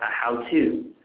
how to.